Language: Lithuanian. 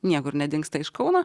niekur nedingsta iš kauno